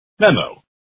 Memo